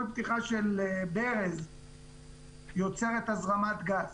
כל פתיחה של ברז יוצרת הזרמת גז.